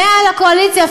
100 לקואליציה,